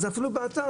זה אפילו באתר,